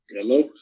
Hello